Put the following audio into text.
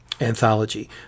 anthology